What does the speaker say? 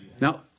Now